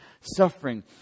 suffering